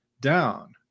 down